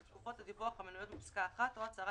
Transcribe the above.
לתקופות הדיווח המנויות בפסקה (1) או הצהרה